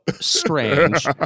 strange